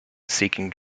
seeking